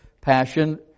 passion